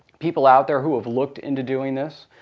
people out there who have looked into doing this.